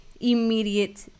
immediate